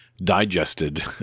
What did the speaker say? digested